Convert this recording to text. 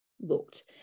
looked